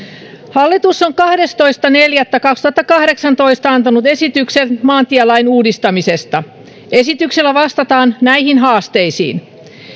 hallitus on kahdestoista neljättä kaksituhattakahdeksantoista antanut esityksen maantielain uudistamisesta esityksellä vastataan näihin haasteisiin